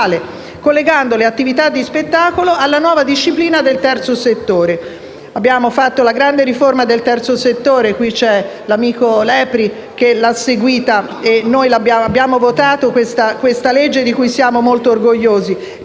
collegano le attività di spettacolo alla nuova disciplina del terzo settore. Abbiamo fatto la grande riforma del terzo settore, ed è presente il senatore Lepri che l'ha seguita, e abbiamo votato a favore di questa legge di cui siamo molto orgogliosi.